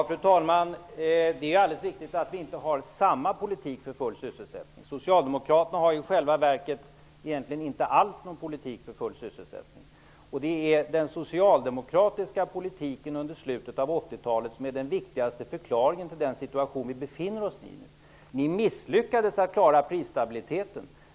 Fru talman! Det är alldeles riktigt att vi inte har samma politik för full sysselsättning. Socialdemokraterna har ju i själva verket inte någon politik alls för full sysselsättning. 80-talet är den viktigaste förklaringen till den situation som vi befinner oss i nu. Ni misslyckades med att klara prisstabiliteten.